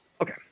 Okay